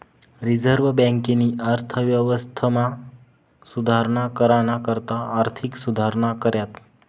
reserve बँकेनी अर्थव्यवस्थामा सुधारणा कराना करता आर्थिक सुधारणा कऱ्यात